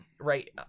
Right